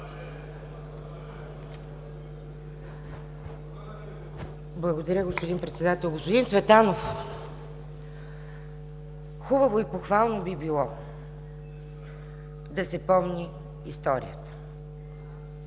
Благодаря, господин Председател. Господин Цветанов, хубаво и похвално би било да се помни историята,